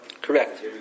Correct